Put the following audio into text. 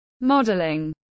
Modeling